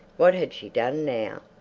what had she done now?